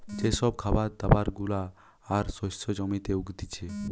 যে সব খাবার দাবার গুলা আর শস্য জমিতে উগতিচে